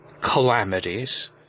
calamities